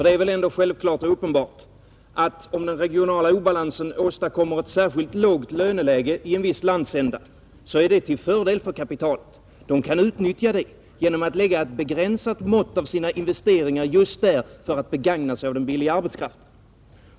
Det är väl ändå självklart och uppenbart att om den regionala obalansen åstadkommer ett särskilt lågt löneläge i en viss landsända, så är det till fördel för kapitalet; man kan utnyttja det genom att lägga ett begränsat mått av sina investeringar just där för att begagna sig av den billiga arbetskraften.